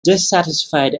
dissatisfied